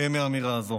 מהאמירה הזו.